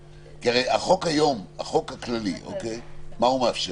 החוק היום, החוק הכללי, מה הוא מאפשר?